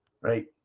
right